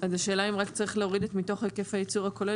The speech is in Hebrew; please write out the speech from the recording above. השאלה היא האם צריך להוריד את המילים "מתוך היקף הייצור הכולל",